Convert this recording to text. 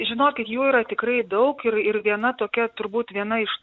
žinokit jų yra tikrai daug ir ir viena tokia turbūt viena iš